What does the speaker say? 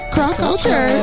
Cross-Culture